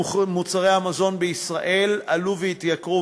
מוצרי המזון בישראל עלו והתייקרו,